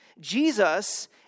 Jesus